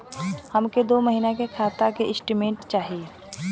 हमके दो महीना के खाता के स्टेटमेंट चाही?